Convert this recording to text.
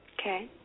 Okay